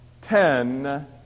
ten